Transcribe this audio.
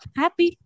happy